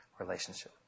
relationship